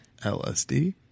LSD